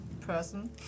person